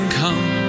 come